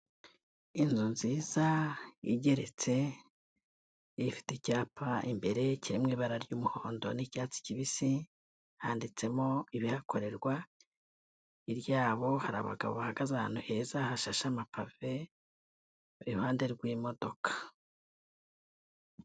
Inzu nziza igeretse, ifite icyapa imbere kiri mu ibara ry'umuhondo n'icyatsi kibisi, handitsemo ibihakorerwa hirya yabo hari abagabo bahagaze ahantu heza hashashe amapave, iruhande rw'imodoka.